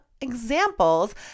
examples